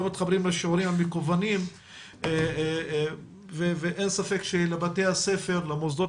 לא מתחברים לשיעורים המקוונים ואין ספק שלבתי הספר ולמוסדות